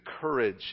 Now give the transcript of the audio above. courage